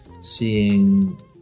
seeing